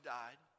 died